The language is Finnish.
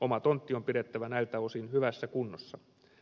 oma tontti on pidettävä näiltä osin hyvässä kunnossa